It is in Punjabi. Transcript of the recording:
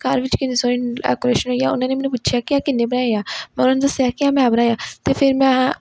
ਘਰ ਵਿੱਚ ਕਿੰਨੀ ਸੋਹਣੀ ਡੈਕੋਰੇਸ਼ਨ ਹੋਈ ਹੈ ਉਹਨਾਂ ਨੇ ਮੈਨੂੰ ਪੁੱਛਿਆ ਕਿ ਕਿੰਨੇ ਬਣਾਏ ਆ ਮੈਂ ਉਹਨਾਂ ਨੂੰ ਦੱਸਿਆ ਕਿ ਮੈਂ ਬਣਾਏ ਆ ਅਤੇ ਫਿਰ ਮੈਂ